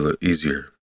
easier